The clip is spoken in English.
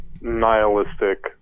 nihilistic